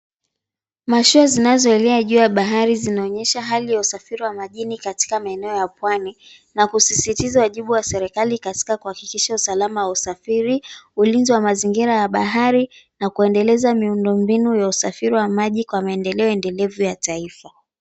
Mashua zinazoelea juu ya bahari zinaonyesha hali ya usafiri wa majini katika maeneo ya pwani na kusisitiza wajibu wa serikali katika kuhakikisha usalama wa usafiri, ulinzi wa mazingira ya bahari, na kuendeleza miundombinu ya usafiri wa maji kwa maendeleo endelevu ya taifa.